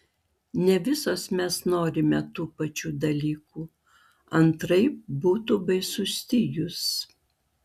ne visos mes norime tų pačių dalykų antraip būtų baisus stygius